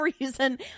reason